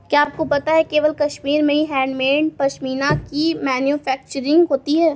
क्या आपको पता है केवल कश्मीर में ही हैंडमेड पश्मीना की मैन्युफैक्चरिंग होती है